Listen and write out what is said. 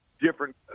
different